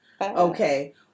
Okay